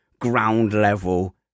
ground-level